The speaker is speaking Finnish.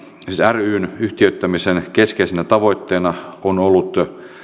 ryn yhtiöittämisen keskeisenä tavoitteena on ollut